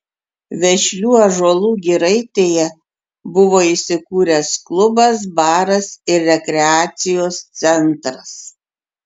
vešlių ąžuolų giraitėje buvo įsikūręs klubas baras ir rekreacijos centras